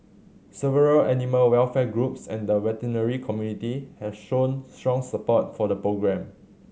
several animal welfare groups and the veterinary community have shown strong support for the programme